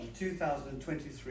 2023